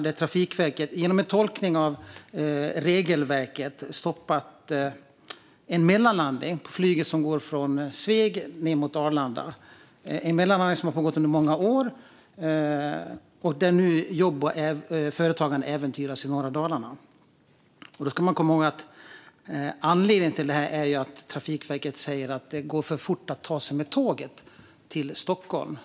Där har Trafikverket genom en tolkning av regelverket stoppat en mellanlandning, som har funnits under många år, för flyget från Sveg till Arlanda. Jobb och företagande äventyras nu i norra Dalarna. Då ska man komma ihåg att anledningen till detta är att Trafikverket säger att det går så fort att ta sig med tåget till Stockholm.